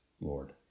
Lord